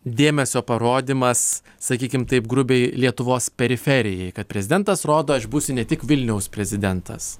dėmesio parodymas sakykim taip grubiai lietuvos periferijai kad prezidentas rodo aš būsiu ne tik vilniaus prezidentas